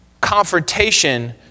confrontation